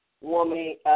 woman